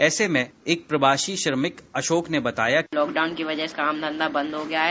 ऐसे में एक प्रवासी श्रमिक अशोक ने बताया लाकडॉउन की वजह से कामधंधा बंद हो गया है